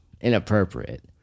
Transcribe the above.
inappropriate